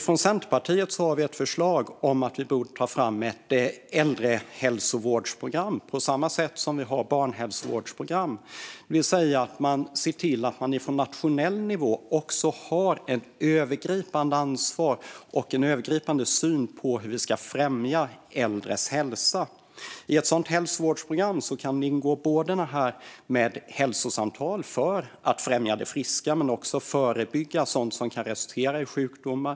Från Centerpartiet har vi ett förslag om att ta fram ett äldrehälsovårdsprogram på samma sätt som vi har barnhälsovårdsprogram, det vill säga se till att man på nationell nivå har ett övergripande ansvar och en övergripande syn på hur vi ska främja äldres hälsa. I ett sådant hälsovårdsprogram kan det ingå hälsosamtal, som ska främja det friska och förebygga sådant som kan resultera i sjukdomar.